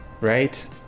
right